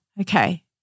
Okay